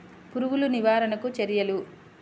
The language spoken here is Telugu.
పురుగులు నివారణకు చర్యలు?